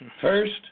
First